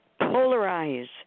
Polarize